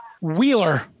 Wheeler